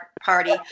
Party